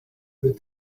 the